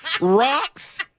rocks